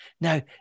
Now